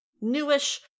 newish